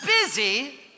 busy